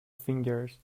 fingers